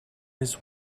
his